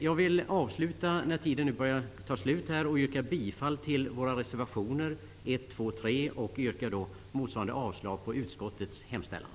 Jag vill slutligen, nu när tiden börjar ta slut, yrka bifall till våra reservationer 1, 2 och 3 och avslag på utskottets hemställan.